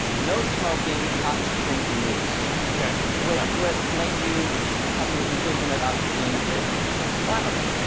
no smoking, oxygen in use. ok. which would make you come to the conclusion that oxygen is flammable.